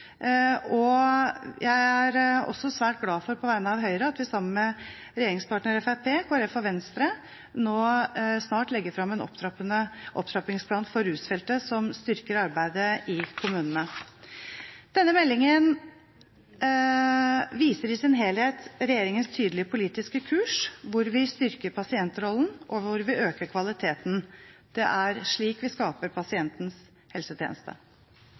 også svært glad for på vegne av Høyre at vi sammen med regjeringspartner Fremskrittspartiet, Kristelig Folkeparti og Venstre nå snart legger fram en opptrappingsplan for rusfeltet som styrker arbeidet i kommunene. Denne meldingen viser i sin helhet regjeringens tydelige politiske kurs, hvor vi styrker pasientrollen og hvor vi øker kvaliteten. Det er slik vi skaper pasientens helsetjeneste.